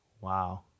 wow